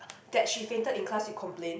that she fainted in class you complain